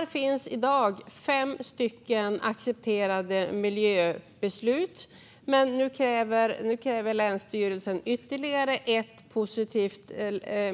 Det finns i dag fem stycken accepterade miljöbeslut, men nu kräver länsstyrelsen ytterligare ett positivt